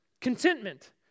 contentment